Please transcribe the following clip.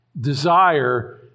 desire